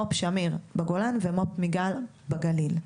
מו"פ שמיר בגולן ומו"פ מיגל בגליל,